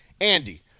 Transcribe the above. Andy